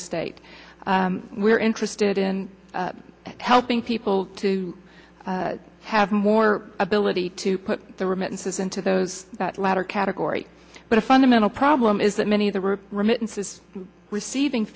estate we're interested in helping people to have more ability to put the remittances into those that latter category but a fundamental problem is that many of the remittances receiving